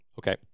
Okay